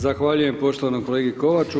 Zahvaljujem poštovanom kolegi Kovaču.